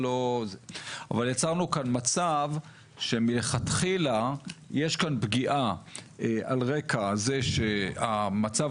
יצרנו כאן מצב שמלכתחילה יש כאן פגיעה על רקע זה שהמצב